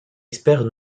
experts